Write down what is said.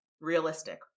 realistic